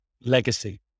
Legacy